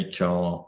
HR